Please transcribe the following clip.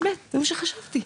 זה מה שחשבתי.